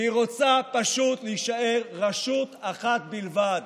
והיא רוצה פשוט להישאר רשות אחת בלבד,